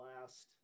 last